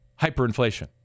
hyperinflation